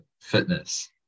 fitness